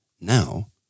Now